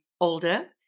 older